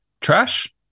trash